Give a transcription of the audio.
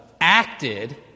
acted